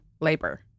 labor